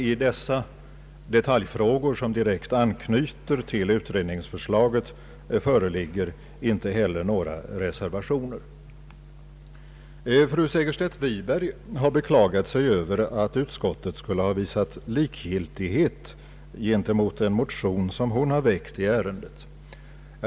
I dessa detaljfrågor, som direkt anknyter till utredningsförslaget, föreligger inte heller några reservationer. Fru Segerstedt Wiberg har beklagat sig över att utskottet skulle ha visat likgiltighet gentemot den motion hon väckt i ärendet.